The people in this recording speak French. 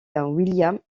william